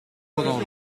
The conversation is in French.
trop